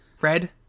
Red